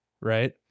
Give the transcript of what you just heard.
right